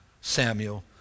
Samuel